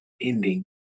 ending